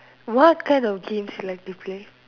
what kind of games you like to play